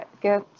get